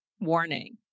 warning